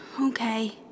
Okay